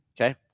Okay